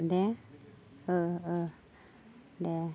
दे औ औ दे